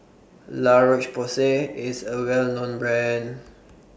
La Roche Porsay IS A Well known Brand